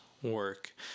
work